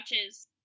watches